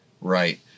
Right